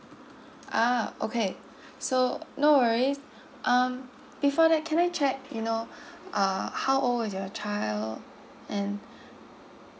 ah okay so no worries um before that can I check you know uh how old is your child and